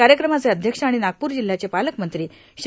कार्यक्रमाचे अध्यक्ष आणि नागपूर जिल्ह्याचे पालकमंत्री श्री